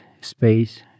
space